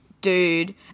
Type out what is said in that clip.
dude